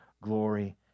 glory